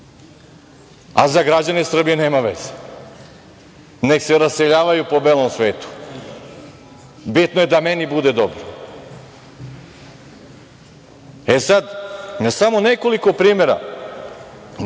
a za građane Srbije nema veze, neka se raseljavaju po belom svetu, bitno je da meni bude dobro. Sada, samo na nekoliko primera